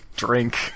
Drink